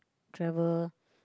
travel